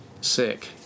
sick